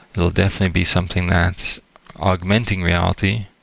it'll definitely be something that's augmenting reality,